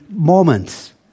moments